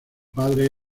padre